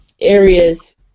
areas